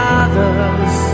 others